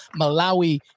malawi